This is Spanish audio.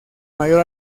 mayor